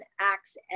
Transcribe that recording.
acts